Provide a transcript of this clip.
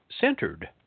centered